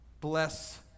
bless